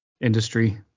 industry